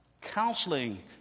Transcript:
counseling